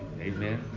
Amen